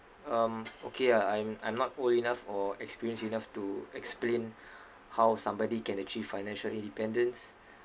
um okay ah I'm I'm not old enough or experienced enough to explain how somebody can achieve financial independence